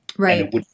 Right